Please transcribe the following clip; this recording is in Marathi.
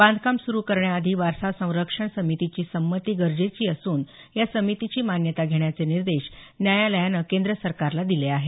बांधकाम सुरु करण्याआधी वारसा संरक्षण समितीची संमती गरजेची असून या समितीची मान्यता घेण्याचे निर्देश न्यायालयानं केंद्र सरकारला दिले आहेत